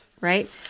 right